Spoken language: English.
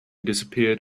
disappeared